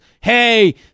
hey